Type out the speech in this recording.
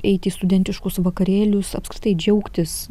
eit į studentiškus vakarėlius apskritai džiaugtis